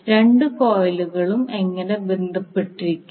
രണ്ട് കോയിലുകളും എങ്ങനെ ബന്ധപ്പെട്ടിരിക്കുന്നു